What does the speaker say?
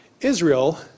Israel